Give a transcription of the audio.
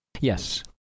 Yes